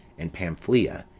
and pamphylia,